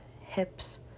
hips